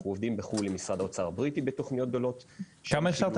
אנחנו עובדים בחו"ל עם משרד האוצר הבריטי בתכניות גדולות של הכשרת